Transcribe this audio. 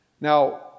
Now